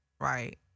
right